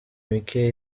mike